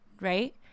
right